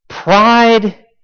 Pride